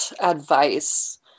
advice